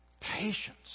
patience